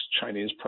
Chinese